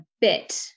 bit